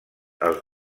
els